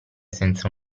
senza